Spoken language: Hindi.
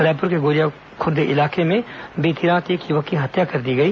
रायपुर के बोरियाखुर्द इलाके में बीती रात एक युवक की हत्या कर दी गई